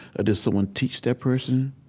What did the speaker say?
did someone teach that person